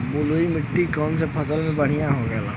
बलुई मिट्टी में कौन फसल बढ़ियां होखे ला?